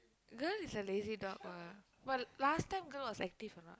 girl is a lazy dog lah but last time girl was active or not